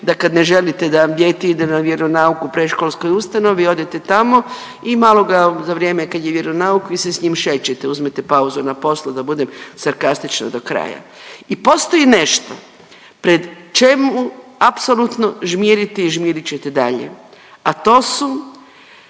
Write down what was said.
da kad ne želite da dijete ide na vjeronauk u predškolskoj ustanovi, odete tamo i malo ga, za vrijeme kad je vjeronauk, vi se s njim šećete, uzmete pauzu na poslu, da budem sarkastična do kraja i postoji nešto pred čemu apsolutno žmirite i žmirit ćete dalje, a to su,